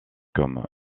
comme